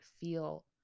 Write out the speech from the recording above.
feel